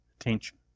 attention